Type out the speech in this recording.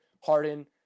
Harden